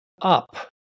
up